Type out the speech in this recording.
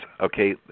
Okay